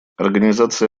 организация